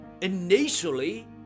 initially